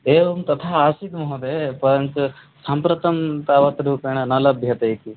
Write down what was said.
एवं तथा आसीत् महोदय परञ्च साम्प्रतं तावत् रूपेण न लभ्यते इति